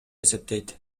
эсептейт